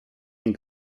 and